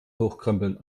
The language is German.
hochkrempeln